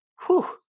Whew